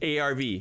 ARV